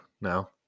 now